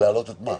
להעלות את מה?